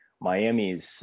Miami's